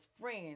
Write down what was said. friends